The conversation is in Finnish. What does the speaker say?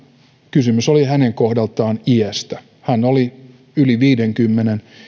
kysymys oli hänen kohdaltaan iästä hän oli yli viidenkymmenen